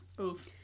Oof